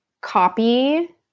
copy